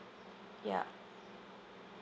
ya